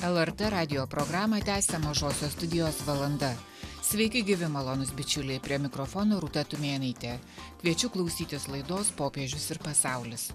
lrt radijo programą tęsia mažosios studijos valanda sveiki gyvi malonūs bičiuliai prie mikrofono rūta tumėnaitė kviečiu klausytis laidos popiežius ir pasaulis